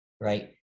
right